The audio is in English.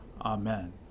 Amen